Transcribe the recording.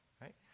right